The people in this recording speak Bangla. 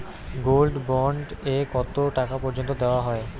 গোল্ড বন্ড এ কতো টাকা পর্যন্ত দেওয়া হয়?